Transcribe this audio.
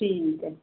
ਠੀਕ ਹੈ